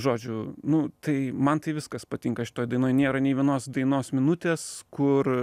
žodžiu nu tai man tai viskas patinka šitoj dainoj nėra nei vienos dainos minutės kur